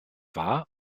war